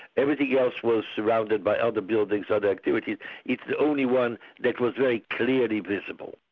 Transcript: everything else was surrounded by other buildings, other activity it's the only one that was very clearly visible.